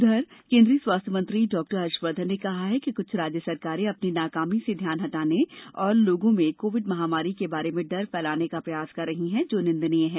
उधर केंद्रीय स्वास्थ्य मंत्री डॉक्टर हर्ष वर्धन ने कहा कि कुछ राज्य सरकारें अपनी नाकामी से ध्यान हटाने और लोगों में कोविड महामारी के बारे में डर फैलाने का प्रयास कर रही हैं जो निंदनीय है